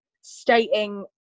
stating